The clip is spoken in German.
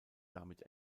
damit